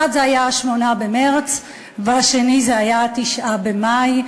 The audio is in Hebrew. אחד היה 8 במרס והשני היה 9 במאי.